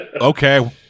Okay